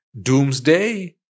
doomsday